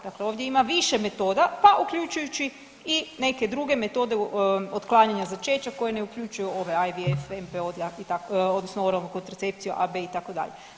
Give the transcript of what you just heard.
Dakle, ovdje ima više metoda pa uključujući i neke druge metode otklanjanja začeća koje ne uključuju ove IVF, MPO odnosno oralnu kontracepciju AB itd.